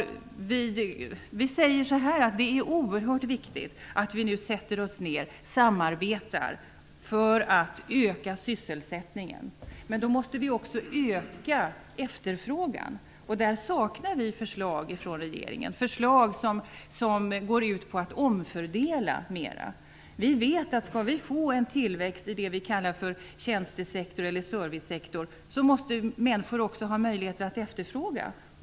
Det är oerhört viktigt att vi nu sätter oss ner och samarbetar för att öka sysselsättningen. Men då måste vi också öka efterfrågan. Där saknar vi förslag från regeringen som går ut på att omfördela mer. Om vi skall få en tillväxt i det vi kallar för tjänstesektor eller servicesektor måste människor också ha möjlighet att efterfråga.